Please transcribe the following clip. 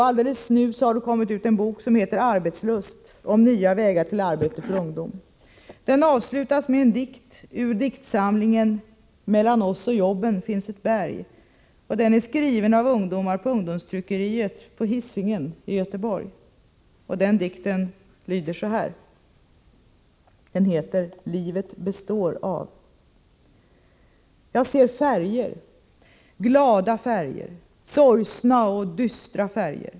Alldeles nyligen har det kommit ut en bok som heter Arbetslust! om nya vägar till arbete för ungdomar. Den avslutas med en dikt ur diktsamlingen Mellan oss och jobben finns ett berg, som är skriven av ungdomar på Ungdomstryckeriet på Hisingen i Göteborg. Livet består av... Jag ser färger, glada färger, sorgsna och dystra färger.